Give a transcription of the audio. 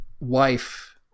wife